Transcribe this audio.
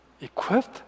equipped